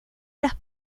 las